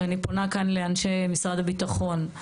ואני פונה כאן לאנשי משרד הביטחון.